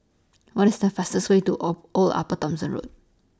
What IS The fastest Way to Old Upper Thomson Road